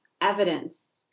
evidence